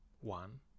one